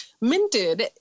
Minted